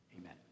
Amen